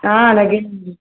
అలాగేనండి